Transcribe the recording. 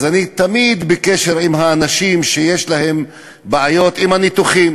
אז אני תמיד בקשר עם אנשים שיש להם בעיות עם הניתוחים,